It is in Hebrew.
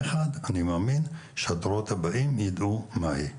מאמין שיום אחד הדורות הבאים ידעו מה היא.